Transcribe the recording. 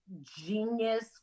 genius